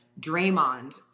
Draymond